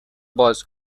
باز